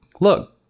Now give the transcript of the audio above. look